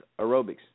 aerobics